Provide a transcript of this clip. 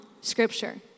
scripture